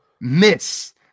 miss